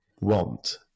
want